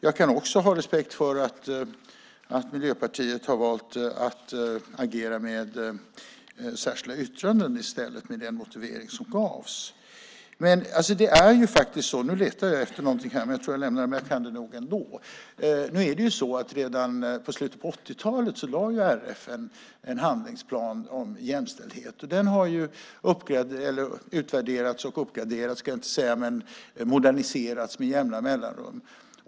Jag kan också ha respekt för att Miljöpartiet har valt att i stället agera med särskilda yttranden med den motivering som gavs. Redan i slutet på 80-talet lade RF fram en handlingsplan för jämställdhet. Den har utvärderats och moderniserats med jämna mellanrum.